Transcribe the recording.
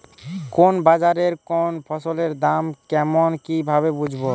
কোন বাজারে কোন ফসলের দাম কেমন কি ভাবে বুঝব?